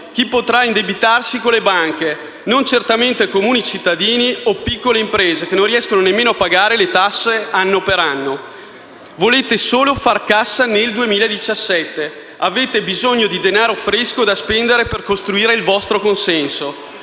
chi potrà indebitarsi con le banche, e non certamente i comuni cittadini o le piccole imprese, che non riescono nemmeno a pagare le tasse anno per anno. Volete solo far cassa nel 2017. Avete bisogno di denaro fresco da spendere per costruire il vostro consenso.